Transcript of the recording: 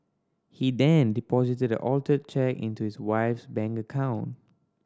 he then deposited the altered cheque into his wife's bank account